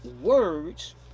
words